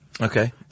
Okay